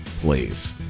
Please